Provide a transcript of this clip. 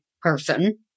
person